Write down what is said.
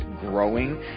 growing